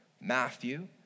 Matthew